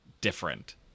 different